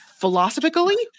Philosophically